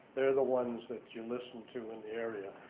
they're the ones that you listen to in the area.